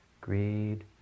greed